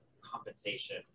compensation